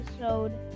episode